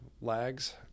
lags